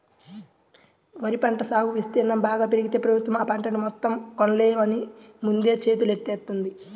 వరి పంట సాగు విస్తీర్ణం బాగా పెరిగితే ప్రభుత్వం ఆ పంటను మొత్తం కొనలేమని ముందే చేతులెత్తేత్తంది